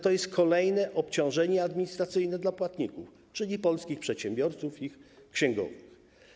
To jest kolejne obciążenie administracyjne dla płatników, czyli polskich przedsiębiorców i ich księgowych.